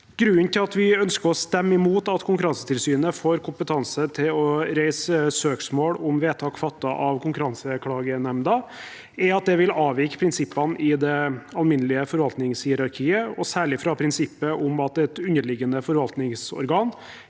Grunnen til at vi ønsker å stemme imot at Konkurransetilsynet får kompetanse til å reise søksmål om vedtak fattet av Konkurranseklagenemnda, er at det vil avvike fra prinsippene i det alminnelige forvaltningshierarkiet. Særlig viker det fra prinsippet om at et underliggende forvaltningsorgan,